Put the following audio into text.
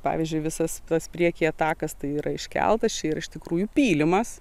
pavyzdžiui visas tas priekyje takas tai yra iškeltas čia yra iš tikrųjų pylimas